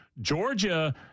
Georgia